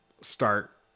start